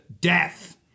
death